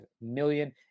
million